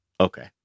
Okay